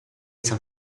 some